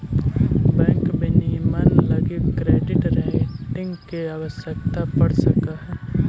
bank विनियमन लगी credit rating के आवश्यकता पड़ सकऽ हइ